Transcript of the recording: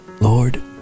Lord